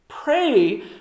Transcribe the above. Pray